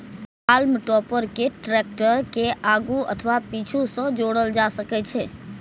हाल्म topper कें tractor के आगू अथवा पीछू सं जोड़ल जा सकै छै